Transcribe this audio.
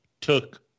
took